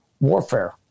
warfare